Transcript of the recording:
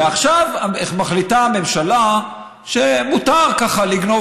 ועכשיו מחליטה הממשלה שמותר ככה לגנוב